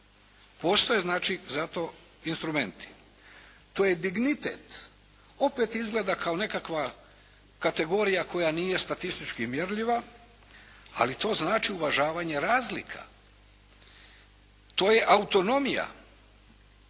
Postoje znači za to instrumenti. To je dignitet. Opet izgleda kao nekakva kategorija koja nije statistički mjerljiva, ali to znači uvažavanje razlika. To je autonomija